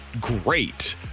great